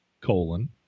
colon